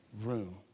room